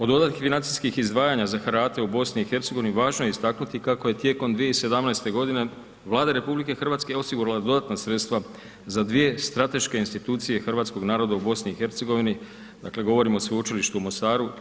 Od dodatnih financijskih izdvajanja za Hrvate u BiH-u važno je istaknuti kao je tijekom 2017. g. Vlada RH osigurala dodatna sredstva za dvije strateške institucije hrvatskog naroda u BiH-u, dakle govorimo o Sveučilištu u Mostaru i HNK u Mostaru.